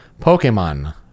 Pokemon